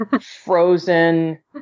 frozen